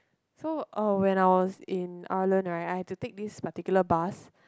so uh when I was in Ireland right I have to take this particular bus